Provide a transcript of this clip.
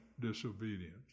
disobedience